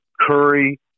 Curry